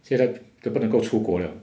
现在都不能够出国 liao